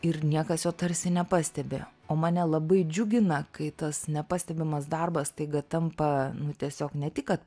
ir niekas jo tarsi nepastebi o mane labai džiugina kai tas nepastebimas darbas staiga tampa nu tiesiog ne tik kad